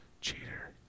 Cheater